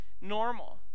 normal